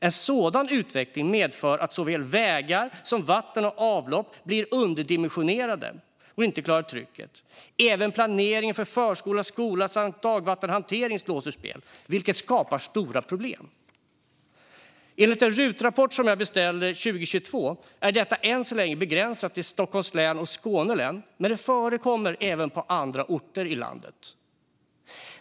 En sådan utveckling medför att såväl vägar som vatten och avlopp blir underdimensionerade och inte klarar trycket. Även planeringen för förskolor, skolor och dagvattenhantering slås ur spel, vilket skapar stora problem. Enligt en RUT-rapport som jag beställde under 2022 är detta än så länge begränsat till Stockholms län och Skåne län, men det förekommer även på andra orter i landet.